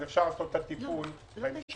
אפשר לעשות את הטיפול בהמשך.